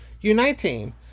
Uniting